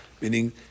meaning